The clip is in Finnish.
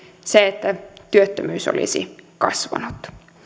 se että työttömyys olisi kasvanut